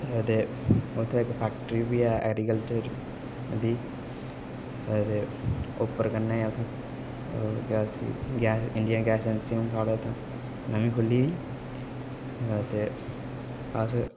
ते उत्थै इक फैक्टरी बी ऐ ऐग्रीकलचर दी ते उप्पर कन्नै गै उत्थै ते केह् आखदे उसी इंड़ियन गैस अजैंसी ऐ नमीं खु'ल्ली दी ते अस